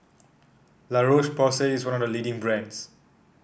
La Roche Porsay is one of leading brands